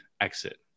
exit